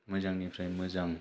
मोजांनिफ्राय मोजां